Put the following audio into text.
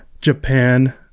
Japan